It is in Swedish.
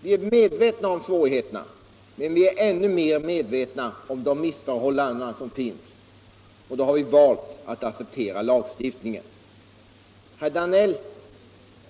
Vi är medvetna om svårigheterna, men vi är än mer medvetna om de missförhållanden som råder. Därför har vi valt att acceptera lagstiftningen. Herr Danell